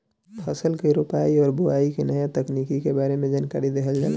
फसल के रोपाई और बोआई के नया तकनीकी के बारे में जानकारी देहल जाला